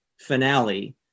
finale